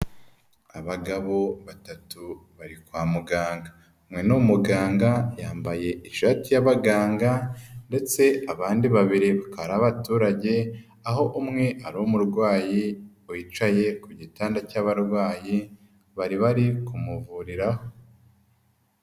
Abagabo batatu bari kwa muganga, umwe ni umuganga yambaye ishati y'abaganga ndetse abandi babiri bakaba ari abaturage, aho umwe ari umurwayi wicaye ku gitanda cy'abarwayi, bari bari kumuvuriraho.